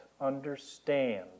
understand